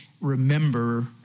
remember